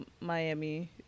Miami